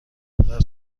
پدر